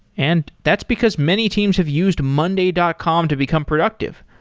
and that's because many teams have used monday dot com to become productive.